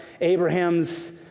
Abraham's